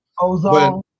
Ozone